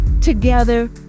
Together